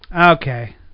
Okay